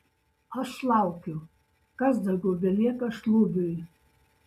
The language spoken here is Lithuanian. aš laukiu kas daugiau belieka šlubiui